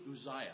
Uzziah